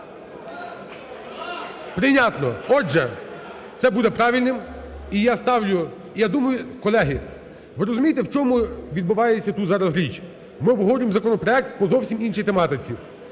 Прийнятно. Отже, це буде правильним, і я ставлю… я думаю… колеги, ви розумієте в чому відбувається зараз тут річ? Ми обговорюємо законопроект по зовсім іншій тематиці.